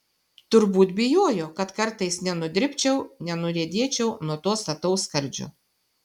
turbūt bijojo kad kartais nenudribčiau nenuriedėčiau nuo to stataus skardžio